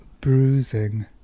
bruising